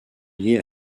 liés